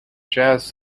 jazz